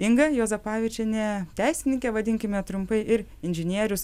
inga juozapavičienė teisininkė vadinkime trumpai ir inžinierius